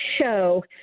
show